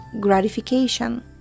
gratification